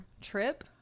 trip